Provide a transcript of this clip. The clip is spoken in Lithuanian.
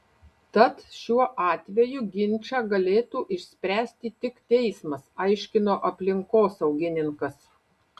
tad šiuo atveju ginčą galėtų išspręsti tik teismas aiškino aplinkosaugininkas